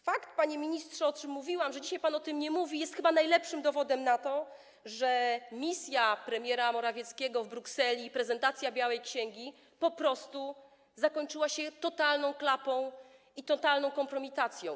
Fakt, panie ministrze - o czym mówiłam - że pan dzisiaj o tym nie mówi, jest chyba najlepszym dowodem na to, że misja premiera Morawieckiego w Brukseli i prezentacja białej księgi po prostu zakończyła się totalną klapą i totalną kompromitacją.